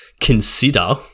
consider